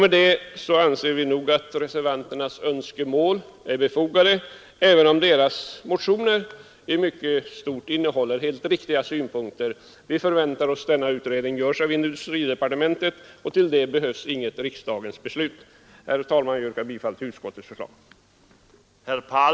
Med det anser vi att motionärernas önskemål i stort är tillgodosedda. Vi förväntar oss att denna utredning görs av industridepartementet, och till det behövs inget riksdagens beslut. Herr talman! Jag yrkar bifall till utskottets hemställan.